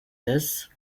this